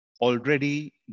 already